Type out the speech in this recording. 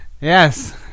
Yes